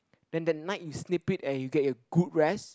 then the night you snip it and you get your good rest